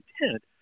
intent